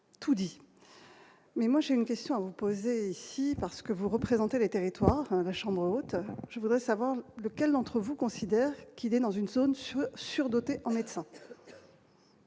tout dit mais moi j'ai une question à vous poser, parce que vous représentez les territoires, la Chambre haute, je voudrais savoir lequel d'entre vous considèrent qu'il est dans une zone sous surdotées en médecins.